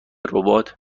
ربات